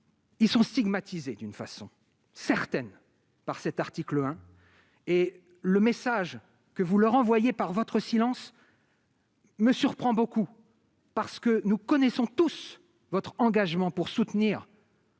Ils sont stigmatisés, d'une façon certaine par cet article 1 et le message que vous leur envoyez par votre silence. Me surprend beaucoup, parce que nous connaissons tous votre engagement pour soutenir.